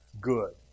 good